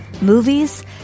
movies